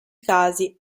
casi